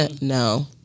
no